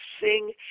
sing